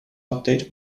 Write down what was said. update